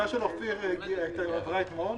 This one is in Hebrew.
ההצעה של אופיר עברה אתמול,